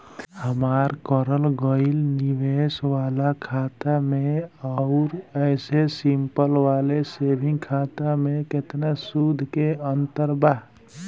हमार करल गएल निवेश वाला खाता मे आउर ऐसे सिंपल वाला सेविंग खाता मे केतना सूद के अंतर बा?